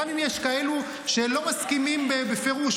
גם אם יש כאלה שהם לא מסכימים בפירוש,